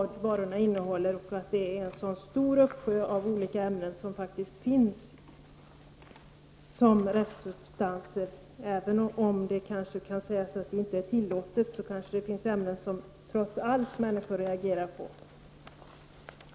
Det finns en uppsjö av olika restsubstanser. Oavsett om det är fråga om någonting tillåtet eller ej, finns det kanske ämnen som människor trots allt reagerar på.